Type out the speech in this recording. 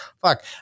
Fuck